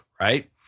right